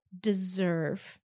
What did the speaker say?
deserve